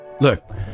look